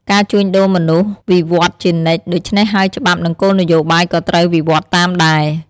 ការជួញដូរមនុស្សវិវត្តន៍ជានិច្ច ដូច្នេះហើយច្បាប់ និងគោលនយោបាយក៏ត្រូវវិវត្តន៍តាមដែរ។